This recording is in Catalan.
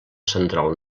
central